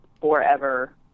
forever